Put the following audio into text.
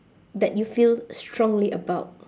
that you feel strongly about